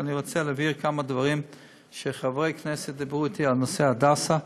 ואני רוצה להבהיר כמה דברים שחברי כנסת דיברו אתי על נושא הדסה,